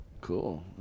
Cool